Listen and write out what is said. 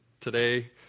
today